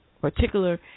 particular